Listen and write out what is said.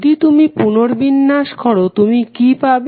যদি তুমি পুনর্বিন্যাস করো তুমি কি পাবে